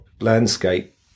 landscape